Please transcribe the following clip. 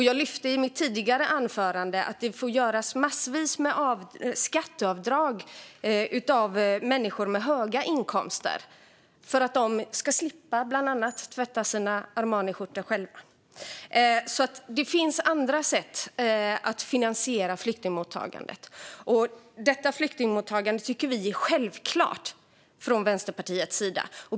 Jag lyfte i mitt tidigare anförande att det får göras massvis med skatteavdrag av människor med höga inkomster, till exempel för att de ska slippa tvätta sina Armaniskjortor själva. Det finns alltså andra sätt att finansiera flyktingmottagandet. Detta flyktingmottagande tycker vi är självklart från Vänsterpartiets sida.